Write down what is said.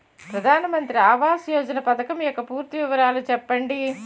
ప్రధాన మంత్రి ఆవాస్ యోజన పథకం యెక్క పూర్తి వివరాలు చెప్పండి?